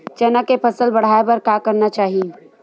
चना के फसल बढ़ाय बर का करना चाही?